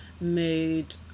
mood